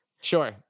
Sure